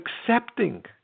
accepting